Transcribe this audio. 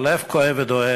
הלב כואב ודואב.